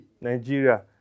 Nigeria